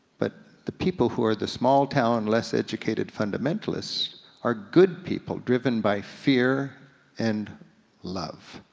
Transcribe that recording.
but the people who are the small town, less-educated fundamentalists are good people driven by fear and love.